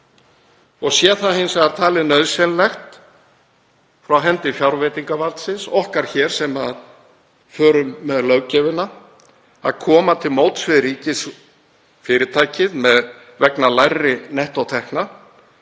og sé það hins vegar talið nauðsynlegt frá hendi fjárveitingavaldsins, okkar hér sem förum með löggjöfina, að koma til móts við ríkisfyrirtækið vegna lægri nettótekna